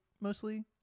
mostly